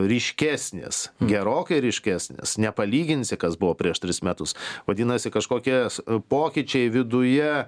ryškesnis gerokai ryškesnis nepalyginsi kas buvo prieš tris metus vadinasi kažkokias pokyčiai viduje